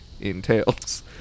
entails